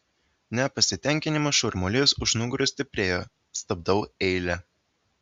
nepasitenkinimo šurmulys už nugaros stiprėjo stabdau eilę